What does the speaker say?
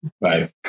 Right